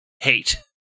hate